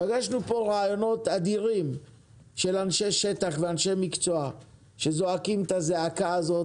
פגשנו פה רעיונות אדירים של אנשי שטח ואנשי מקצוע הזועקים את הזעקה הזו